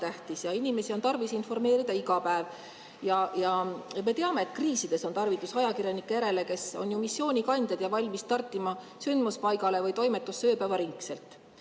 tähtis ja inimesi on tarvis informeerida iga päev. Ja me teame, et kriiside [ajal] on tarvidus ajakirjanike järele, kes on missioonikandjad ja valmis startima sündmuspaigale või toimetusse ööpäevaringselt.